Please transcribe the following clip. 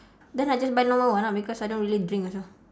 then I just buy normal one ah because I don't really drink also